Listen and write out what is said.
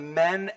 men